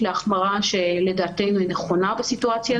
מבחינתנו זה הפרת כל איזון והיו כאלה קולות בממשלה.